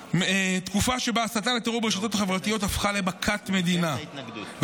שבה הסתה לטרור ברשתות החברתיות הפכה למכת מדינה.